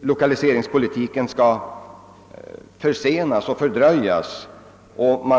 lokaliseringspolitiken försenas och arbetslösheten ökar.